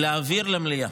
להעביר למליאה.